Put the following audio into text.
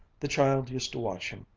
the child used to watch him,